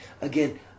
again